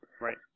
Right